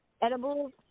Edibles